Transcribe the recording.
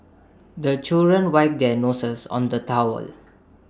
the children wipe their noses on the towel